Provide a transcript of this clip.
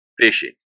fishing